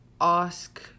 ask